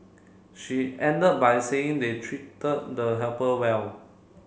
she ended by saying they treated the helper well